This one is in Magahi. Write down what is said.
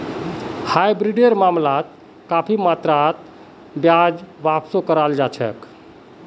हाइब्रिडेर मामलात काफी मात्रात ब्याजक वापसो कराल जा छेक